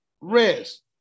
Rest